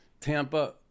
Tampa